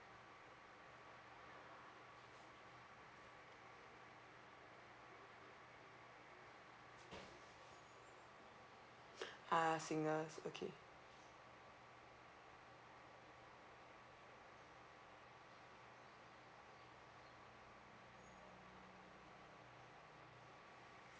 ah singers okay